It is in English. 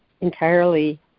entirely